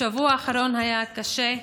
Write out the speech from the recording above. השבוע האחרון היה קשה,